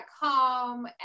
home